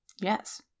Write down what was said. Yes